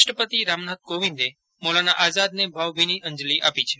રાષ્ટ્રપતિ રામનાથ કોવિંદે મૌલાના આઝાદને ભાવભીની અંજલિ આપી છે